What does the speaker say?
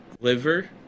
liver